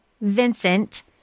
Vincent